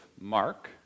Mark